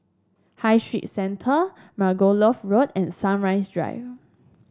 High Street Centre Margoliouth Road and Sunrise Drive